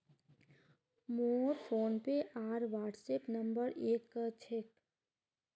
मोर फोनपे आर WhatsApp number एक क छेक